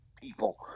people